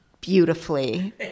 beautifully